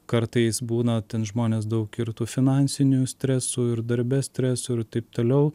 kartais būna ten žmonės daug ir tų finansinių stresų ir darbe stresų ir taip toliau